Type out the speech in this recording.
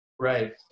Right